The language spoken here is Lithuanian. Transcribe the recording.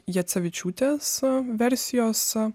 jacevičiūtės a versijos